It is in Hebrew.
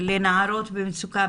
בחיפה לנערות ערביות במצוקה,